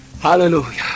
Hallelujah